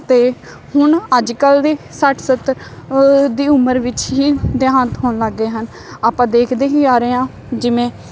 ਅਤੇ ਹੁਣ ਅੱਜ ਕੱਲ੍ਹ ਦੇ ਸੱਠ ਸੱਤਰ ਦੀ ਉਮਰ ਦੇ ਵਿੱਚ ਹੀ ਦਿਹਾਂਤ ਹੋਣ ਲੱਗ ਗਏ ਹਨ ਆਪਾਂ ਦੇਖਦੇ ਹੀ ਆ ਰਹੇ ਹਾਂ ਜਿਵੇਂ